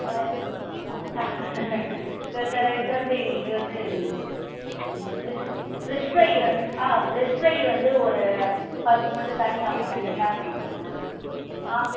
ஆ சரி சார் எங்க வந்து எங்களுக்கு வந்து ஃபிரிஷ் ஃபிரிஷ் ப்ரை வந்து ஆ ஃபிரிஷ் ஃப்ரை வந்து ஒரு பத்து மட்டும் தனியாக அப்டியே தனியாக பேக் பண்ணி கொடுங்க ஆ